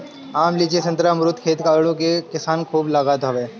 आम, लीची, संतरा, अमरुद, सेब, आडू के बगीचा किसान खूब लगावत हवे